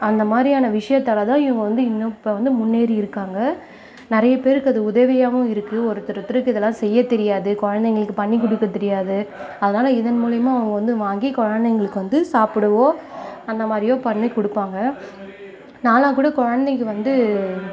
அந்தமாதிரியான விஷயத்தால தான் இவங்க வந்து இப்போ வந்து முன்னேறி இருக்காங்க நிறைய பேருக்கு அது உதவியாகவும் இருக்குது ஒருத்தர்ஒருத்தருக்கு இதலாம் செய்யத்தெரியாது குழந்தகளுக்கு பண்ணி கொடுக்க தெரியாது அதனால் இதன் மூலிமா வந்து அவங்க வந்து வாங்கி குழந்தகளுக்கு வந்து சாப்பிடவோ அந்தமாதிரியோ பண்ணி கொடுப்பாங்க நான்லாம் கூட குழந்தைக்கு வந்து